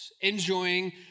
enjoying